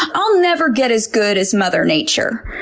i'll never get as good as mother nature.